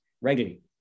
regularly